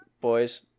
boys